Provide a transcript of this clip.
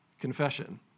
confession